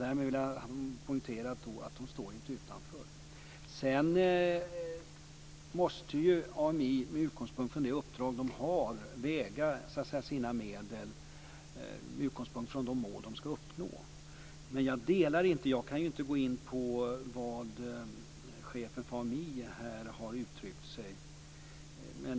Därmed vill jag poängtera att de inte står utanför. Sedan måste AMI, med tanke på det uppdrag som man har, fördela sina medel med utgångspunkt från de mål som man ska uppnå. Men jag kan inte gå in på det som chefen för AMI har uttryckt.